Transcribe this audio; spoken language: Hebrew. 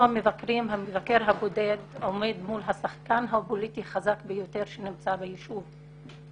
המבקר הבודד עומד מול השחקן הפוליטי החזק ביותר שנמצא בישוב.